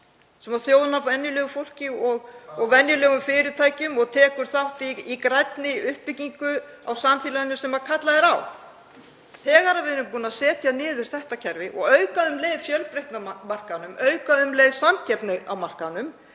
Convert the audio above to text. sem þjónar venjulegu fólki og venjulegum fyrirtækjum og tekur þátt í grænni uppbyggingu í samfélaginu sem kallað er á. Þegar við erum búin að setja niður þetta kerfi og auka um leið fjölbreytni á markaðnum og auka um leið samkeppni á markaðnum